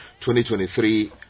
2023